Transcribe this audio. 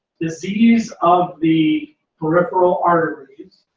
disease of the peripheral arteries,